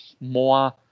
more